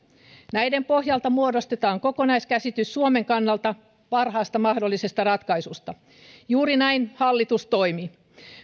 näiden pohjalta muodostetaan kokonaiskäsitys suomen kannalta parhaasta mahdollisesta ratkaisusta juuri näin hallitus toimi